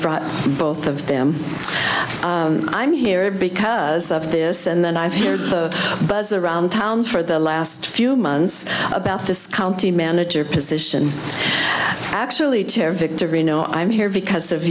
brought both of them i'm here because of this and then i hear the buzz around town for the last few months about this county manager position actually chair victory no i'm here because of